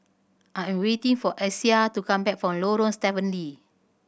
I am waiting for Isaiah to come back from Lorong Stephen Lee